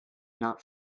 not